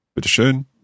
Bitteschön